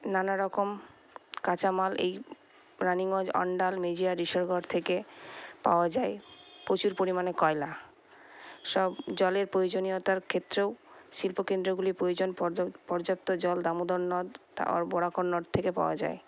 নানারকম কাঁচামাল এই রানিগঞ্জ অন্ডাল মেজিয়া ডিসেরগড় থেকে পাওয়া যায় প্রচুর পরিমাণে কয়লা সব জলের প্রয়োজনীয়তার ক্ষেত্রেও শিল্প কেন্দ্রগুলি প্রয়োজন পর্যাপ্ত জল দামোদর নদ বরাকর নদ থেকে পাওয়া যায়